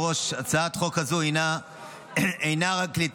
נעבור לנושא